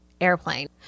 airplane